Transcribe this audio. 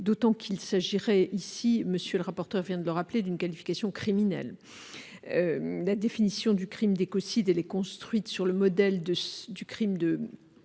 d'autant qu'il s'agirait ici, M. le rapporteur vient de le rappeler, d'une qualification criminelle. La définition du crime d'écocide est construite sur le modèle du crime de